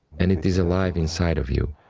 and it is alive inside of you.